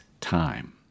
time